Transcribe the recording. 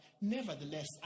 nevertheless